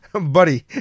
buddy